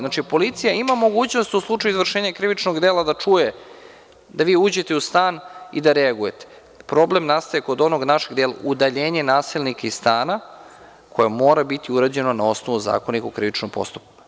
Znači, policija ima mogućnost u slučaju izvršenja krivičnog dela da čuje, da vi uđete u stan i da reagujete, ali problem nastaje kod onog dela – udaljenje nasilnika iz stana, koje mora biti urađeno na osnovu Zakonika o krivičnom postupku.